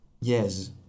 Yes